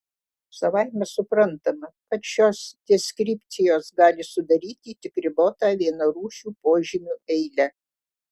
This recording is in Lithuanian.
savaime suprantama kad šios deskripcijos gali sudaryti tik ribotą vienarūšių požymių eilę